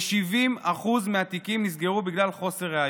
כ-70% מהתיקים נסגרו בגלל חוסר ראיות.